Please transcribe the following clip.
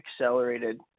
accelerated